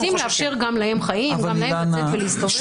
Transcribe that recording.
אנחנו רוצים לאפשר גם להם חיים, לצאת ולהסתובב.